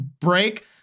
break